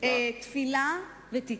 תפילה ותקווה.